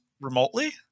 remotely